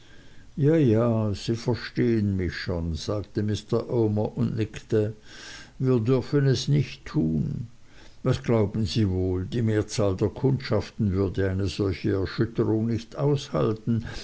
ja ja sie verstehen mich schon sagte mr omer und nickte wir dürfen es nicht tun was glauben sie wohl die mehrzahl der kundschaften würde eine solche erschütterung nicht aushalten